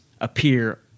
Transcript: appear